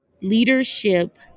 leadership